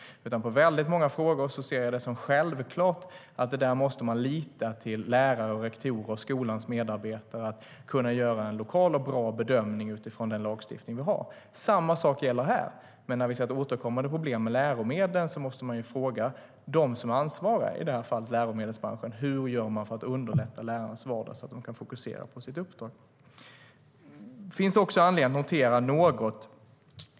I väldigt många frågor ser jag det som självklart att man måste lita till lärare, rektorer och skolans medarbetare när det gäller att kunna göra en lokal och bra bedömning utifrån den lagstiftning vi har. Samma sak gäller detta, men när vi ser ett återkommande problem med läromedlen måste vi ju fråga dem som är ansvariga, i det här fallet läromedelsbranschen, hur vi ska göra för att underlätta lärarnas vardag så att de kan fokusera på sitt uppdrag. Det finns också anledning att notera en annan sak.